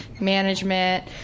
management